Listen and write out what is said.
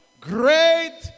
Great